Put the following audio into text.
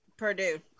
Purdue